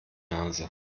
nase